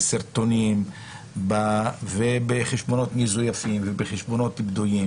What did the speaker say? בסרטונים ובחשבונות מזויפים ובחשובות בדויים